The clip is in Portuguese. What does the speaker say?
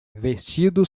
vestida